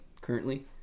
currently